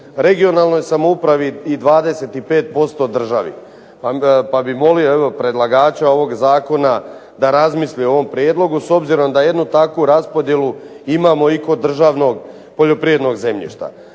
regionalnoj samoupravi i 25% državi. Pa bih molio evo predlagača ovog zakona da razmisli o ovom prijedlogu s obzirom da jednu takvu raspodjelu imamo i kod državnog poljoprivrednog zemljišta.